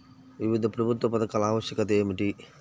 వివిధ ప్రభుత్వ పథకాల ఆవశ్యకత ఏమిటీ?